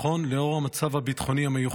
הביטחון בשל המצב הביטחוני המיוחד.